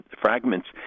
fragments